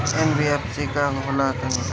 NBFC का होला तनि बताई?